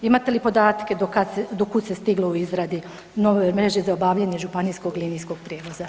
Imate li podatke do kud se stiglo u izradi nove mreže za obavljanje županijskog linijskog prijevoza?